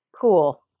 cool